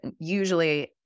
usually